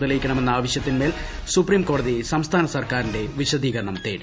തെളിയിക്കണമെന്ന ആവശ്യത്തിൻ മേൽ സുപ്രീം കോടതി സംസ്ഥാനസർക്കാരിന്റെ വിശദീകരണം തേടി